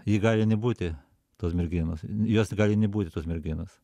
ji gali nebūti tos merginos jos gali nebūti tos merginos